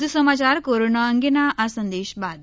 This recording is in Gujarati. વધુ સમાચાર કોરોના અંગેના સંદેશ બાદ